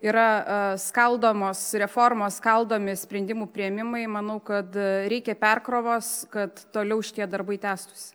yra skaldomos reformos skaldomi sprendimų priėmimai manau kad reikia perkrovos kad toliau šie darbai tęstųsi